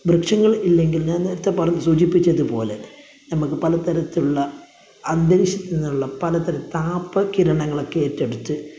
വൃക്ഷങ്ങള് ഇല്ലെങ്കില് ഞാന് നേരത്തെ പറഞ്ഞത് സൂചിപ്പിച്ചത് പോലെ നമ്മൾക്ക് പല തരത്തിലുള്ള അന്തരീക്ഷത്തില് നിന്നുള്ള പല തരം താപ കിരണങ്ങളക്കെ ഏറ്റെടുത്ത്